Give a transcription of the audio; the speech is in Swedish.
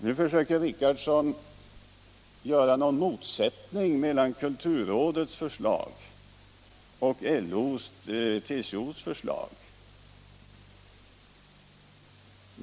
Nu försöker herr Richardson skapa en motsättning mellan kulturrådets förslag och LO:s och TCO:s förslag.